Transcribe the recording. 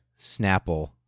Snapple